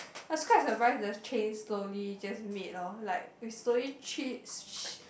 I was quite surprised the change slowly just made lor like you slowly